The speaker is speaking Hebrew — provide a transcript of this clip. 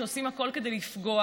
שעושים הכול כדי לפגוע.